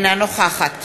אינה נוכחת